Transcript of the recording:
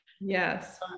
Yes